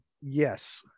Yes